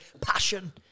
Passion